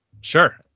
Sure